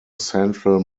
central